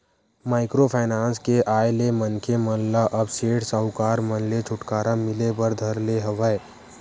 micro finance के आय ले मनखे मन ल अब सेठ साहूकार मन ले छूटकारा मिले बर धर ले हवय